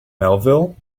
melville